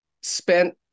spent